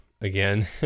again